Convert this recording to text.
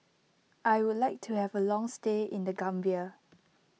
I would like to have a long stay in the Gambia